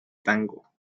tango